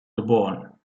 geboren